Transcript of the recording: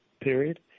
period